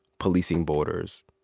policing borders,